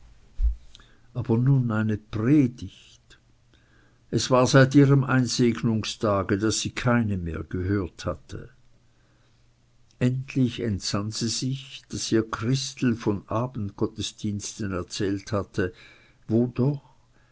aber nun eine predigt es war seit ihrem einsegnungstage daß sie keine mehr gehört hatte endlich entsann sie sich daß ihr christel von abendgottesdiensten erzählt hatte wo doch